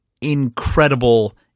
incredible